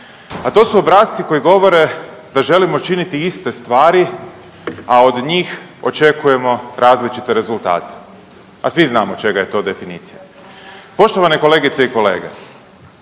a to su obrasci koji govore da želimo činiti iste stvari, a od njih očekujemo različite rezultate. A svi znamo čega je to definicija. Poštovane kolegice i kolege,